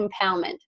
empowerment